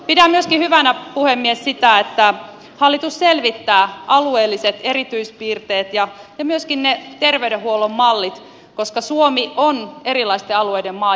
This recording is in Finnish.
pidän hyvänä puhemies myöskin sitä että hallitus selvittää alueelliset erityispiirteet ja myöskin ne terveydenhuollon mallit koska suomi on erilaisten alueiden maa